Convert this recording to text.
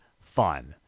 fun